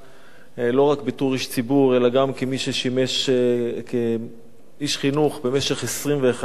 לא רק כאיש ציבור אלא גם כמי ששימש כאיש חינוך במשך 21 שנים,